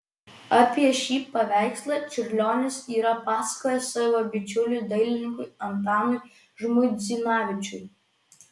apie šį paveikslą čiurlionis yra pasakojęs savo bičiuliui dailininkui antanui žmuidzinavičiui